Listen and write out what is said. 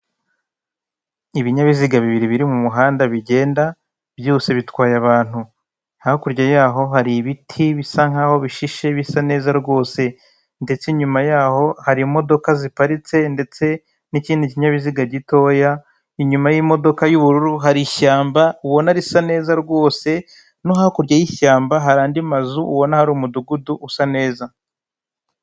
Ibinyabiziga bibiri biri mu muhanda bijyenda byose bitwaye abantu. Hakurya yaho hari ibiti bisa nkaho bishishe bisa neza rwose, ndetse inyuma yaho hari imodoka ziparitse ndetse n'ikindi kinyabiziga gitoya. Inyuma y'imodoka y'ubururu hari ishyamba ubona risa neza rwose no hakurya y'ishyamba hari andi mazu ubona hari umudugudu usa neza.